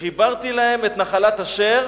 וחיברתי להם את נחלת אשר